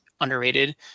underrated